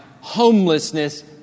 homelessness